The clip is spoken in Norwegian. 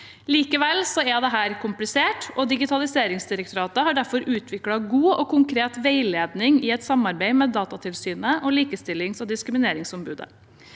Likevel er dette komplisert, og Digitaliseringsdirektoratet har derfor utviklet god og konkret veiledning i samarbeid med Datatilsynet og Likestillings- og diskrimineringsombudet.